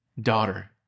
Daughter